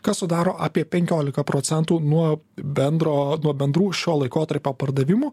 kas sudaro apie penkiolika procentų nuo bendro nuo bendrų šio laikotarpio pardavimų